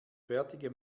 bärtige